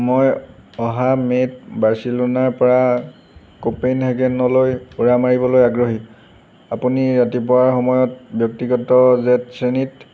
মই অহা মে' ত বাৰ্চিলোনাৰ পৰা কোপেন হেগেন লৈ উৰা মাৰিবলৈ আগ্ৰহী আপুনি ৰাতিপুৱাৰ সময়ত ব্যক্তিগত জেট শ্ৰেণীত